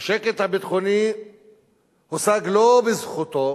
השקט הביטחוני הושג לא בזכותו,